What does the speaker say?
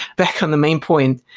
back on the main point.